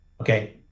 Okay